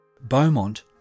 Beaumont